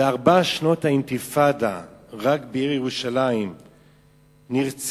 בארבע שנות האינתיפאדה רק בעיר ירושלים היו